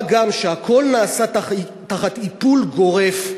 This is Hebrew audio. מה גם שהכול נעשה תחת איפול גורף,